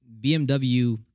bmw